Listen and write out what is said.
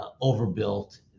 overbuilt